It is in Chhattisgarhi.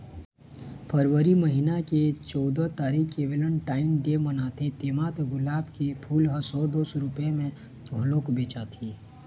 फरवरी महिना के चउदा तारीख के वेलेनटाइन डे मनाथे तेमा तो गुलाब के फूल ह सौ दू सौ रूपिया म घलोक बेचाथे